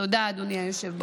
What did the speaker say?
תודה, אדוני היושב-ראש.